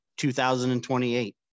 2028